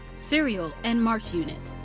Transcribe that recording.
serial, and march unit.